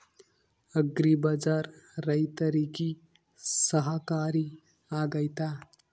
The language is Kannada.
ಅಗ್ರಿ ಬಜಾರ್ ರೈತರಿಗೆ ಸಹಕಾರಿ ಆಗ್ತೈತಾ?